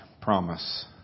promise